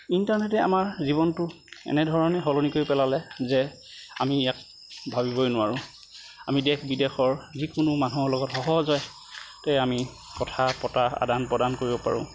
ইণ্টাৰনেটে আমাৰ জীৱনটো এনেধৰণে সলনি কৰি পেলালে যে আমি ইয়াক ভাবিবই নোৱাৰোঁ আমি দেশ বিদেশৰ যিকোনো মানুহৰ লগত সহজতে আমি কথা পতা আদান প্ৰদান কৰিব পাৰোঁ